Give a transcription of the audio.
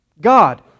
God